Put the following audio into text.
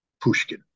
Pushkin